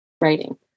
writing